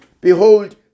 Behold